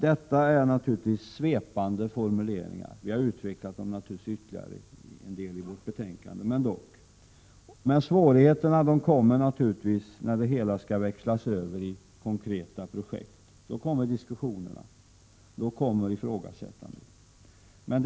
Detta är naturligtvis svepande formuleringar. Vi har utvecklat dem ytterligare i betänkandet. Svårigheterna kommer när det hela skall omsättas i konkreta projekt. Då uppstår diskussionerna och ifrågasättandet.